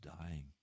dying